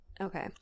okay